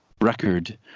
record